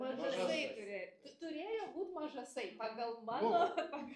mažasai turė turėjo būt mažasai pagal mano